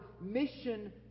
mission